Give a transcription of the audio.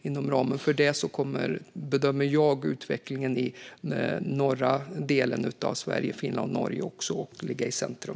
Inom ramen för detta bedömer jag att utvecklingen i norra delen av Sverige, Finland och Norge kommer att stå i centrum.